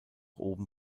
oben